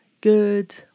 good